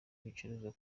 ibicuruzwa